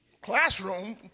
classroom